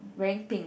wearing pink